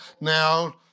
now